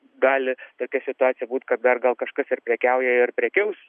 gali tokia situacija būt kad dar gal kažkas ir prekiauja ir prekiaus